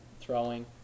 throwing